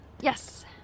Yes